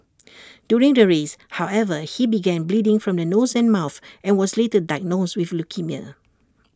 during the race however he began bleeding from the nose and mouth and was later diagnosed with leukaemia